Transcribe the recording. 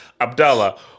Abdallah